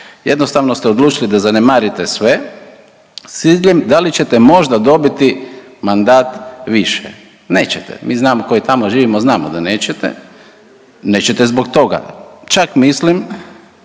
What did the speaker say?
Jednostavno ste odlučili da zanemarite sve, s ciljem da li ćete možda dobiti mandat više. Nećete. Mi znamo tko je tamo, živimo, znamo da nećete. Nećete zbog toga, čak mislim,